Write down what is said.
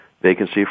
vacancy